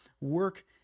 work